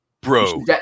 Bro